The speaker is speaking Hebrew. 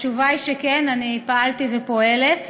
התשובה היא שכן, אני פעלתי ופועלת.